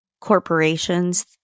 corporations